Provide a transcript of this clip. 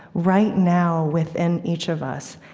right now, within each of us,